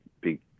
big